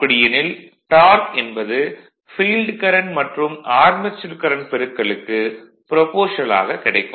அப்படியெனில் டார்க் என்பது field current மற்றும் ஆர்மெச்சூர் கரண்ட் பெருக்கலுக்கு ப்ரபோர்ஷனல் ஆகக் கிடைக்கும்